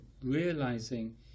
realizing